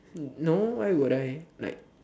no why would I like